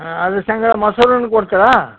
ಹಾಂ ಅದ್ರ ಸಂಗ ಮೋಸರ್ನು ಕೊಡ್ತೀರಾ